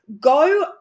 go